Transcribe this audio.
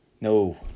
No